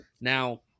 Now